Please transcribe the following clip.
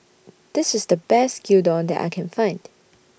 This IS The Best Gyudon that I Can Find